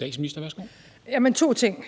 Jamen jeg har to ting.